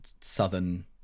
southern